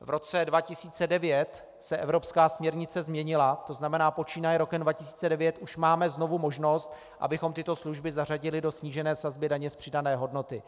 V roce 2009 se evropská směrnice změnila, tzn. počínaje rokem 2009 už máme znovu možnost, abychom tyto služby zařadili do snížené sazby daně z přidané hodnoty.